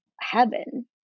heaven